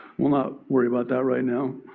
we're not worry about that right now.